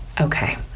Okay